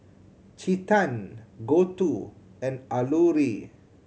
Chetan Gouthu and Alluri